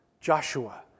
Joshua